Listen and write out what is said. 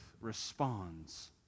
responds